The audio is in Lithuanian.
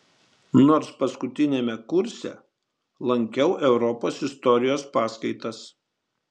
nors paskutiniame kurse lankiau europos istorijos paskaitas